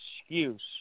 excuse